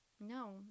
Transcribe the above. no